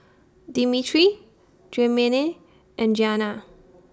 Dimitri Tremayne and Giana